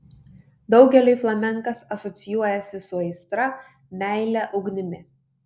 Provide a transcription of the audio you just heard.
daugeliui flamenkas asocijuojasi su aistra meile ugnimi